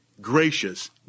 gracious